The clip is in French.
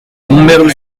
montmerle